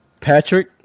Patrick